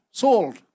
sold